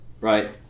Right